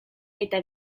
eta